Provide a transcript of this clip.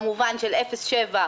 במובן של תחום אפס עד שבע,